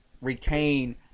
retain